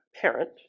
parent